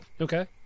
Okay